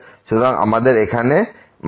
সুতরাং আমাদের এখানে 10 x যেখানে x goes to 0